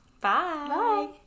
Bye